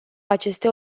aceste